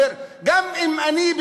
גם אם אני,